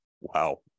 wow